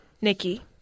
Nikki